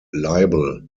libel